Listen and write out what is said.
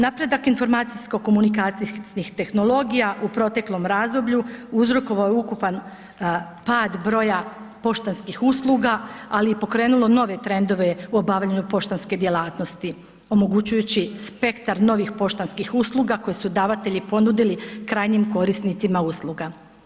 Napredak informacijsko-komunikacijskih tehnologija u proteklom razdoblju uzrokovao je ukupan pad broja poštanskih usluga, ali je pokrenulo nove trendove u obavljanju poštanske djelatnosti omogućujući spektar novih poštanskih usluga koje su davatelji ponudili krajnjim korisnicima usluga.